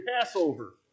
Passover